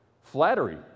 Flattery